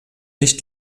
nicht